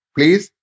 Please